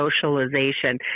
socialization